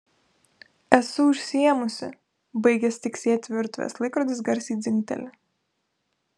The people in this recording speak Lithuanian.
esu užsiėmusi baigęs tiksėti virtuvės laikrodis garsiai dzingteli